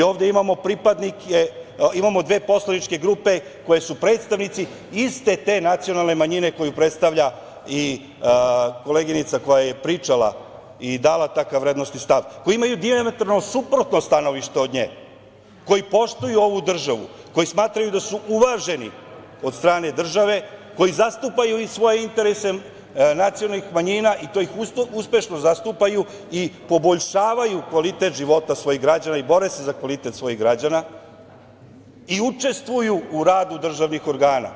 Ovde imamo dve poslaničke grupe koje su predstavnici iste te nacionalne manjine koju predstavlja i koleginica koja je pričala i dala takav vrednosni stav, koji imaju dijametralno suprotno stanovište od nje, koji poštuju ovu državu, koji smatraju da su uvaženi od strane države, koji zastupaju i svoje interese nacionalnih manjina i to ih uspešno zastupaju i poboljšavaju kvalitet života svojih građana i bore se za kvalitet svojih građana i učestvuju u radu državnih organa.